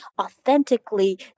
authentically